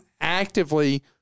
actively